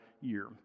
year